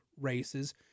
races